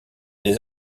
des